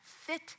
fit